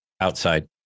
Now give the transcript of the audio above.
outside